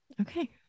Okay